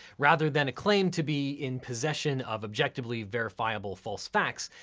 rather than a claim to be in possession of objectively verifiable false facts,